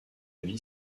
vie